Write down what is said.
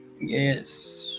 Yes